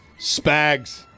Spags